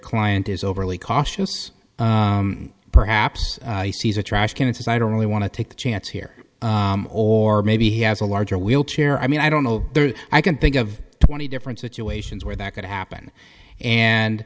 client is overly cautious perhaps sees a trash can and says i don't really want to take the chance here or maybe he has a larger wheelchair i mean i don't know there i can think of twenty different situations where that could happen and